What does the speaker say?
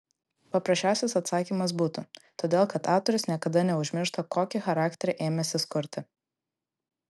paprasčiausias atsakymas būtų todėl kad autorius niekada neužmiršta kokį charakterį ėmęsis kurti